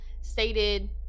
stated